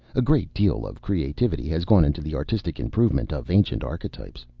a great deal of creativity has gone into the artistic improvement of ancient archetypes.